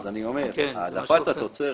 אני אומר שהעדפת התוצרת,